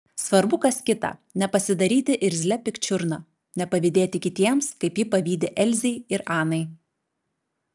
svarbu kas kita nepasidaryti irzlia pikčiurna nepavydėti kitiems kaip ji pavydi elzei ir anai